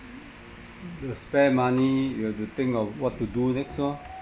the spare money you have to think of what to do next lor